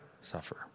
suffer